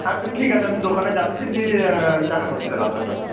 আচ্ছা ঠিক আছে আমি দোকানে যাচ্ছি দিয়ে দেখা করছি তাহলে আপনার সাথে